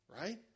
right